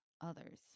others